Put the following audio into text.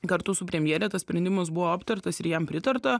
kartu su premjere tas sprendimas buvo aptartas ir jam pritarta